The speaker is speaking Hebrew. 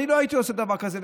אני לא הייתי עושה דבר כזה,